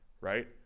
right